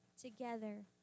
together